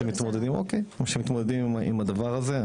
שמתמודדים עם הדבר הזה,